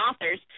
authors